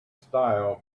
style